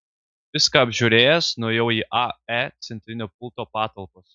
viską apžiūrėjęs nuėjau į ae centrinio pulto patalpas